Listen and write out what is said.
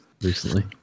recently